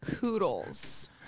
poodles